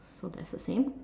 so that's the same